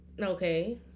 Okay